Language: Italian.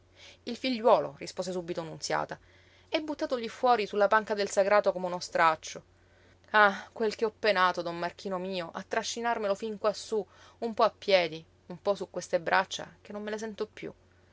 il figliuolo rispose subito nunziata è buttato lí fuori sulla panca del sagrato come uno straccio ah quel che ho penato don marchino mio a trascinarmelo fin quassú un po a piedi un po su queste braccia che non me le sento piú